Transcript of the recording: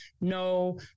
no